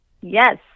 Yes